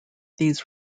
these